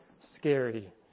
scary